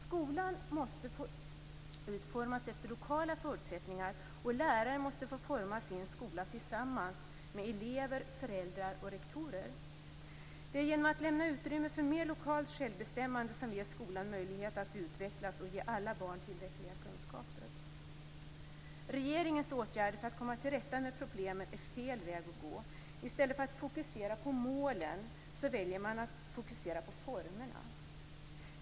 Skolan måste få utformas efter lokala förutsättningar och lärare måste få forma sin skola tillsammans med elever, föräldrar och rektorer. Det är genom att lämna utrymme för mer lokalt självbestämmande som vi ger skolan möjlighet att utvecklas och att ge alla barn tillräckliga kunskaper. Regeringens åtgärder för att komma till rätta med problemen är fel väg att gå. I stället för att fokusera på målen väljer man att fokusera på formerna.